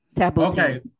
Okay